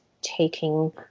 taking